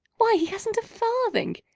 why, he hasn't a farthing.